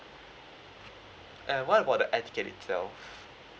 and what about the air tickets itself